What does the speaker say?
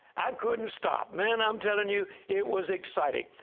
i couldn't stop. man, i'm telling you it was exciting.